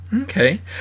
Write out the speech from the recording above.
okay